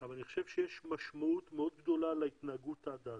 אבל אני חושב שיש משמעות מאוד גדולה להתנהגות עד אז,